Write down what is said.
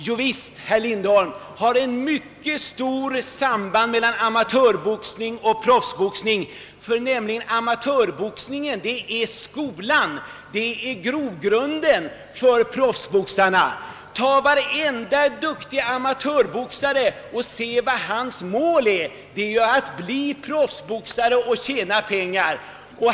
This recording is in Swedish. Jo, herr Lindholm, det finns ett mycket starkt samband mellan amatörboxning och = proffsboxning. Amatörboxningen är nämligen skolan, grogrunden, för proffsboxningen. Tag varenda duktig amatörboxare och undersök vad hans mål är! Det är att bli proffsboxare och tjäna pengar!